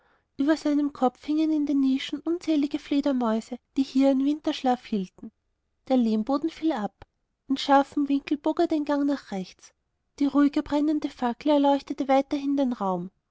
über seinem kopf hingen in den nischen unzählige fledermäuse die hier ihren winterschlaf hielten der lehmboden fiel ab in scharfem winkel bog der gang nach rechts die ruhiger brennende fackel erleuchtete weithin den raum